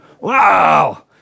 wow